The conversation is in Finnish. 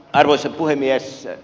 arvoisa puhemies